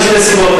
משתי סיבות,